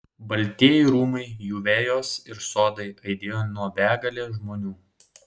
baltieji rūmai jų vejos ir sodai aidėjo nuo begalės žmonių